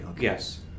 yes